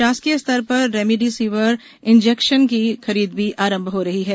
शासकीय स्तर पर रेमिडिसीवर इंजेक्शन की खरीद भी आरंभ हो रही है